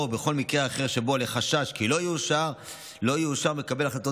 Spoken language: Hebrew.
או בכל מקרה אחר שבו עולה חשש כי לא יאושר מקבל החלטות